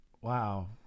Wow